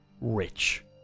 rich